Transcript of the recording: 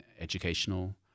educational